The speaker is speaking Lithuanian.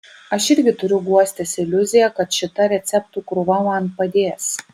aš irgi turiu guostis iliuzija kad šita receptų krūva man padės